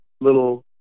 little